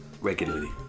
regularly